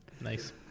Nice